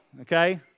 okay